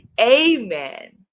amen